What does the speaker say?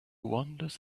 wanders